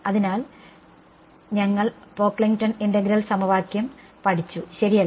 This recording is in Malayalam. അതിനാൽ ഞങ്ങൾ പോക്ക്ലിംഗ്ടൺ ഇന്റഗ്രൽ സമവാക്യം പഠിച്ചു ശരിയല്ലേ